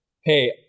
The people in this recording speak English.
Hey